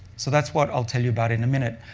so that's what i'll tell you about in a minute.